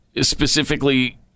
specifically